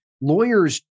lawyers